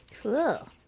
Cool